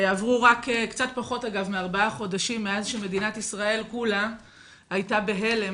עברו רק קצת פחות מארבעה חודשים מאז שמדינת ישראל כולה הייתה בהלם,